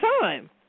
time